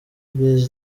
blaise